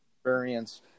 experience